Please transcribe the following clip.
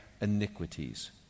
iniquities